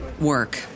work